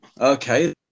okay